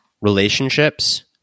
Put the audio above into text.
relationships